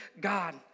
God